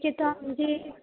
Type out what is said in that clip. यह तो आप मुझे